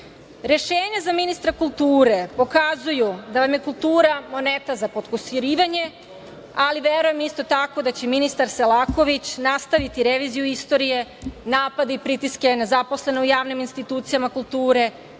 za ministra kulture pokazuju da vam je kultura moneta za potkusirivanje, ali verujem isto tako da će ministar Selaković nastaviti reviziju istorije, napad i pritiske na zaposlene u javnim institucijama kulture,